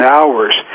hours